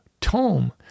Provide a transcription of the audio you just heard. tome